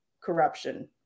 corruption